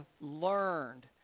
learned